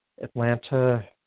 Atlanta